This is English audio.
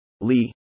Lee